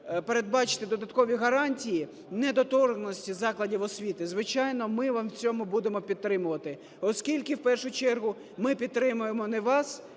передбачити додаткові гарантії недоторканності закладів освіти, звичайно, ми вам в цьому будемо підтримувати, оскільки в першу чергу ми підтримуємо не вас